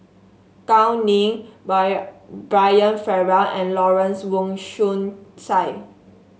Gao Ning Brian Farrell and Lawrence Wong Shyun Tsai